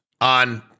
on